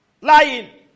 Lying